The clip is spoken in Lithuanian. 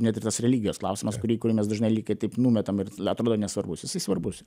net ir tas religijos klausimas kurį kurį mes dažnai lyg taip numetam ir atrodo nesvarbus jisai svarbus